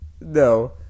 no